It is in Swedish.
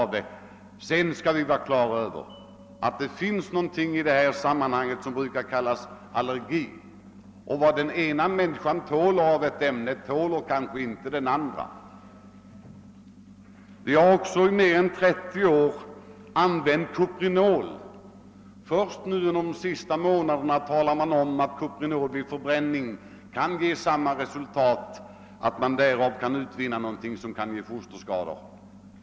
Vi skall vara på det klara med att det också finns någonting som heter allergi; vad den ena människan tål av ett ämne tål kanske inte den andra. Under mer än 30 år har kuprinol använts vid husbyggen, men det är först under de senaste månaderna som det börjat talas om att kuprinol vid förbränning bildar ett ämne som kan medföra fosterskador.